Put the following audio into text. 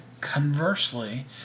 conversely